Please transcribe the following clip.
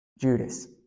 Judas